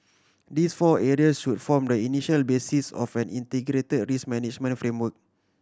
these four areas should form the initial basis of an integrated risk management framework